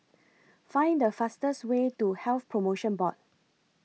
Find The fastest Way to Health promotion Board